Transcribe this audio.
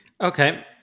Okay